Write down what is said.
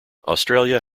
australia